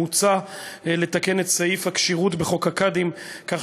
מוצע לתקן את סעיף הכשירות בחוק הקאדים כך